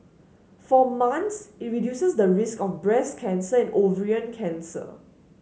for man's it reduces the risk of breast cancer and ovarian cancer